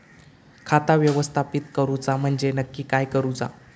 खाता व्यवस्थापित करूचा म्हणजे नक्की काय करूचा?